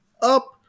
up